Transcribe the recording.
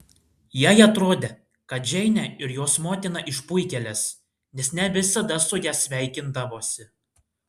jai atrodė kad džeinė ir jos motina išpuikėlės nes ne visada su ja sveikindavosi